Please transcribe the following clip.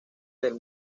del